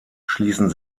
schließen